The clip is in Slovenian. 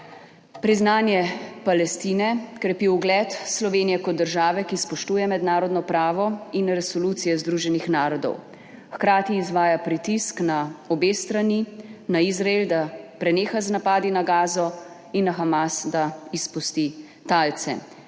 Priznanje Palestine krepi ugled Slovenije kot države, ki spoštuje mednarodno pravo in resolucije Združenih narodov. Hkrati izvaja pritisk na obe strani, na Izrael, da preneha z napadi na Gazo, in na Hamas, da izpusti talce.